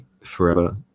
forever